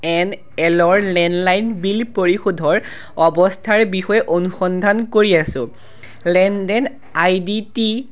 N এলৰ landline bill পৰিশোধৰ অৱস্থাৰ বিষয়ে অনুসন্ধান কৰি আছোঁ লেনদেন আই ডি টি